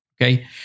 Okay